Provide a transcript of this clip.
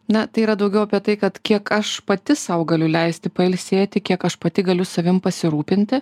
na tai yra daugiau apie tai kad kiek aš pati sau galiu leisti pailsėti kiek aš pati galiu savim pasirūpinti